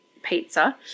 pizza